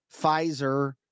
Pfizer